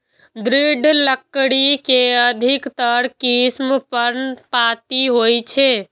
दृढ़ लकड़ी के अधिकतर किस्म पर्णपाती होइ छै